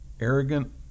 arrogant